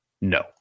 No